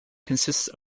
consists